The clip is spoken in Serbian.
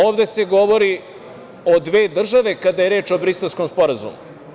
Ovde se govori o dve države kada je reč o Briselskom sporazumu.